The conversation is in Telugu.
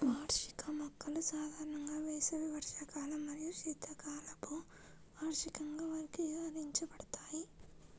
వార్షిక మొక్కలు సాధారణంగా వేసవి వార్షికాలు మరియు శీతాకాలపు వార్షికంగా వర్గీకరించబడతాయి